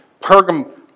Pergam